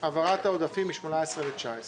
העברת העודפים מ-18', ל-19'